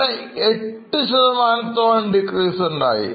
അവിടെ 8 decrease ഉണ്ടായി